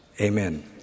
amen